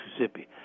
Mississippi